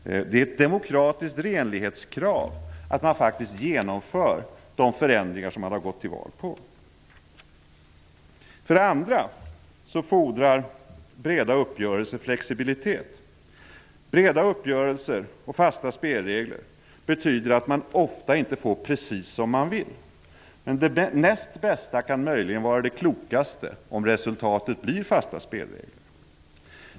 Det är ett demokratiskt renlighetskrav att man faktiskt genomför de förändringar som man gått till val på. För det andra fordrar breda uppgörelser flexibilitet. Breda uppgörelser och fasta spelregler betyder att man ofta inte får precis som man vill. Men det näst bästa kan möjligen vara det klokaste om resultatet blir fasta spelregler.